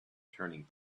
turning